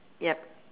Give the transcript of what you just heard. yup